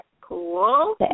Cool